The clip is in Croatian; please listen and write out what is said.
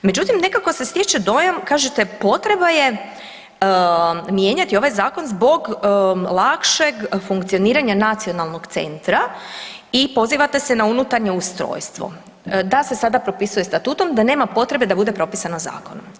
Međutim, nekako se stječe dojam kažete potreba ja mijenjati ovaj zakon zbog lakšeg funkcioniranja nacionalnog centra i pozivate se na unutarnje ustrojstvo da se sada propisuje statutom da nema potrebe da bude propisano zakonom.